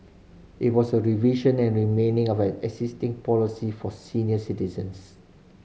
it was a revision and remaining of an existing policy for senior citizens